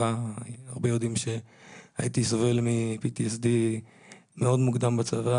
הרבה יודעים שסבלתי מ-PTSD מאוד מוקדם בצבא